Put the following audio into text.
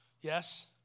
Yes